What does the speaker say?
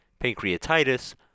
pancreatitis